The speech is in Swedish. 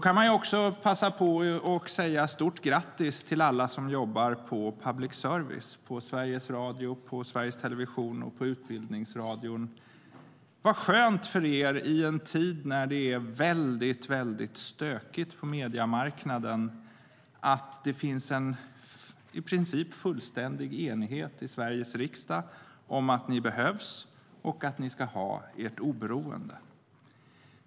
Man kan också passa på att säga stort grattis till alla som jobbar på public service - på Sveriges Radio, på Sveriges Television och på Utbildningsradion. Vad skönt för er, i en tid när det är väldigt stökigt på mediemarknaden, att det finns en i princip fullständig enighet i Sveriges riksdag om att ni behövs och att ni ska ha ert oberoende!